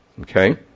Okay